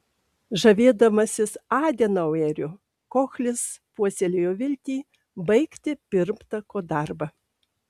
žavėdamasis adenaueriu kohlis puoselėjo viltį baigti pirmtako darbą